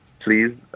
please